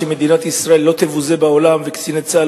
שמדינת ישראל לא תבוזה בעולם וקציני צה"ל